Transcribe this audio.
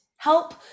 help